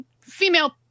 female